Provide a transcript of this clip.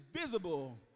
visible